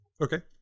Okay